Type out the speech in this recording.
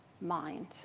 mind